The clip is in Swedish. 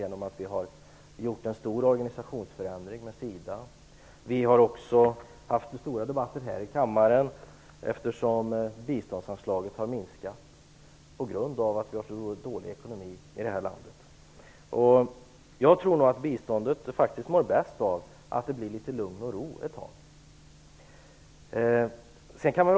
Det har gjorts en stor organisationsförändring inom SIDA. Det har också varit stora debatter här i kammaren, eftersom biståndsanslaget har minskat på grund av att vi har en så dålig ekonomi i det här landet. Jag tror att biståndet faktiskt mår bäst av lugn och ro ett tag.